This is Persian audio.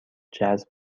جذب